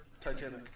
Titanic